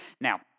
Now